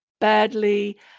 badly